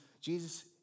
Jesus